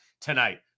tonight